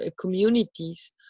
communities